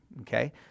okay